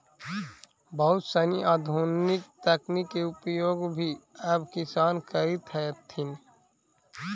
बहुत सनी आधुनिक तकनीक के उपयोग भी अब किसान करित हथिन